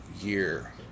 year